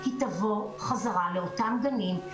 היא תבוא חזרה לאותם גנים,